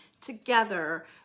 together